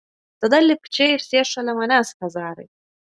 tada lipk čia ir sėsk šalia manęs chazarai